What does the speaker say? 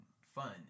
fun